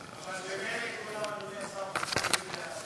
אבל ממילא כולנו, אדוני השר, מצביעים בעד.